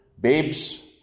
Babes